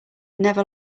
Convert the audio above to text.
never